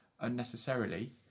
unnecessarily